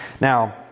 Now